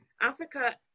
Africa